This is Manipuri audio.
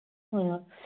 ꯍꯣꯏ ꯍꯣꯏ